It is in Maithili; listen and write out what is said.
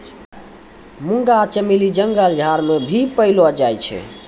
मुंगा चमेली जंगल झाड़ मे भी पैलो जाय छै